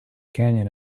canyon